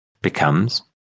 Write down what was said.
Becomes